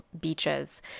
beaches